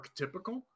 archetypical